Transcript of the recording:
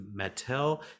Mattel